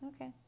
Okay